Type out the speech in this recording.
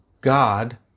God